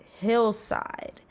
hillside